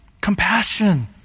Compassion